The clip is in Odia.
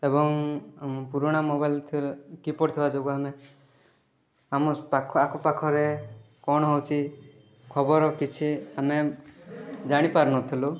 ଏବଂ ପୁରୁଣା ମୋବାଇଲ୍ କିବୋର୍ଡ୍ ଥିବା ଯୋଗୁଁ ଆମେ ଆମର ଆଖପାଖରେ କ'ଣ ଅଛି ଖବର କିଛି ଆମେ ଜାଣିପାରୁନଥିଲୁ